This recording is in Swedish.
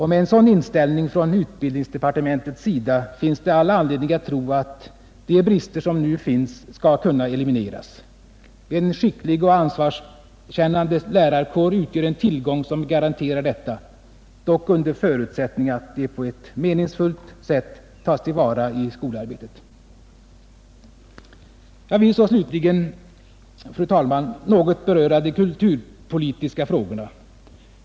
Med en sådan inställning hos utbildningsdepartementet har man all anledning att tro, att de brister som nu finns skall kunna elimineras. En skicklig och ansvarskännande lärarkår utgör en tillgång, som garanterar detta — dock under förutsättning att den på ett meningsfullt sätt kan tas till vara i skolarbetet. Jag vill slutligen, fru talman, något beröra de kulturpolitiska frågorna.